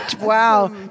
Wow